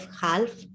half